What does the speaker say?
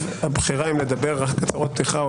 הבחירה האם לדבר רק הצהרות פתיחה או